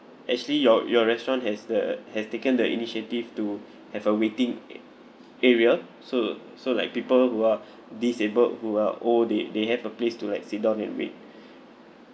actually your your restaurant has the has taken the initiative to have a waiting a~ area so so like people who are disabled who are old they they have a place to like sit down and wait